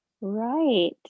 right